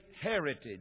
heritage